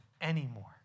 anymore